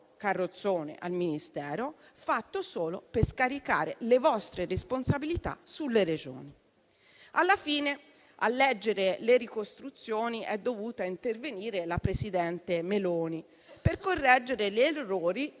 carrozzone al Ministero, fatto solo per scaricare le vostre responsabilità sulle Regioni. Alla fine, a leggere le ricostruzioni, è dovuta intervenire la presidente Meloni per correggere gli errori